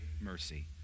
mercy